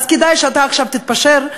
אז כדאי שעכשיו תתפשר.